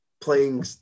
playing